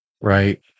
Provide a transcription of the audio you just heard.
Right